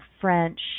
French